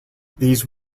these